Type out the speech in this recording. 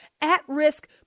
at-risk